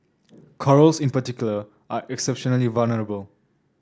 corals in particular are exceptionally vulnerable